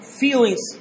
feelings